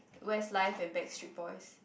Westlife and Backstreet Boys